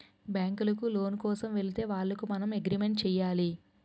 బ్యాంకులకు లోను కోసం వెళితే వాళ్లకు మనం అగ్రిమెంట్ చేయాలి